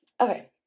Okay